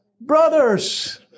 Brothers